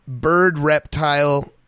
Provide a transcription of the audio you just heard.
bird-reptile